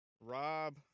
rob